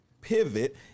pivot